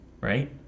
Right